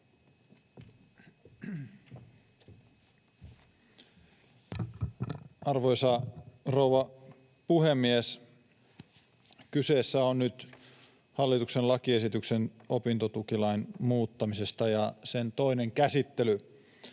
Arvoisa rouva puhemies! Kyseessä on nyt hallituksen lakiesitys opintotukilain muuttamisesta ja sen toinen käsittely.